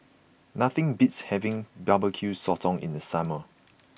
nothing beats having Barbecue Sotong in the summer